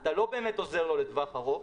אתה לא באמת עוזר לטווח ארוך,